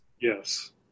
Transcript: yes